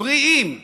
בריאים בנפשם,